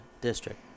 district